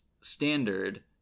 standard